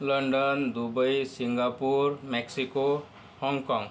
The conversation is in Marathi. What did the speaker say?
लंडन दुबई सिंगापूर मेक्सिको हाँगकाँग